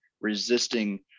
resisting